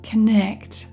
Connect